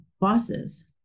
bosses